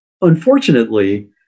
Unfortunately